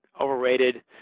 overrated